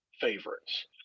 favorites